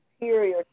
superior